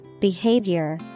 behavior